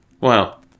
Wow